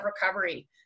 recovery